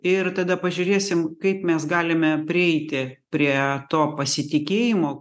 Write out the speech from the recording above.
ir tada pažiūrėsim kaip mes galime prieiti prie to pasitikėjimo